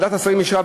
ועדת השרים אישרה,